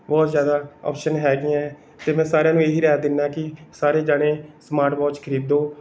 ਬਹੁਤ ਜ਼ਿਆਦਾ ਓਪਸ਼ਨ ਹੈਗੀਆਂ ਹੈ ਅਤੇ ਮੈਂ ਸਾਰਿਆਂ ਨੂੰ ਇਹ ਹੀ ਰਾਏ ਦਿੰਦਾ ਕਿ ਸਾਰੇ ਜਣੇ ਸਮਾਟ ਵੋਚ ਖਰੀਦੋ